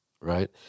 right